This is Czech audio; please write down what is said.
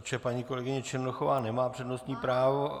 Protože paní kolegyně Černochová nemá přednostní právo...